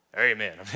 Amen